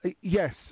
yes